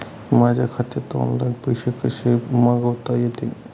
माझ्या खात्यात ऑनलाइन पैसे कसे मागवता येतील?